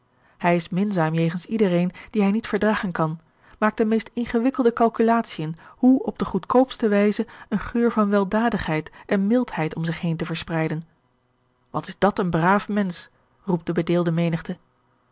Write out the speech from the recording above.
hij is minzaam jegens iedereen dien hij niet verdragen kan maakt de meest ingewikkelde calculatiën hoe op de goedkoopste wijze een geur van weldadigheid en mildheid om zich heen te verspreiden wat is dat een braaf mensch roept de bedeelde menigte